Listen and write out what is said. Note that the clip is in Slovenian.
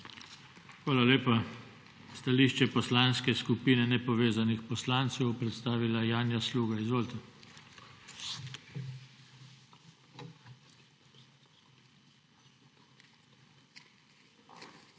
Hvala lepa. Stališče Poslanske skupine nepovezanih poslancev bo predstavila Janja Sluga. Izvolite.